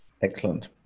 excellent